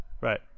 Right